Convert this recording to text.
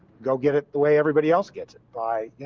go get it the way everybody else gets by, you